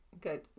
good